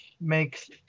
makes